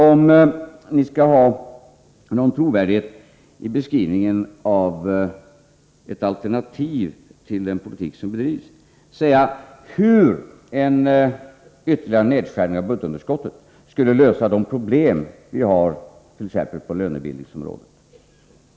Om ni skall få någon trovärdighet i beskrivningen av ett alternativ till den politik som bedrivs, borde ni åtminstone ange hur en ytterligare nedskärning av budgetunderskottet skulle lösa de problem vi har, t.ex. på lönebildningsområdet.